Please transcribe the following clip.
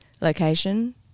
location